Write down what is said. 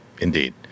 Indeed